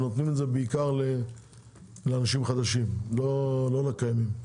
נותנים את זה בעיקר לאנשים חדשים, לא לקיימים.